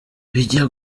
bijya